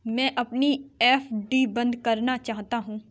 मैं अपनी एफ.डी बंद करना चाहता हूँ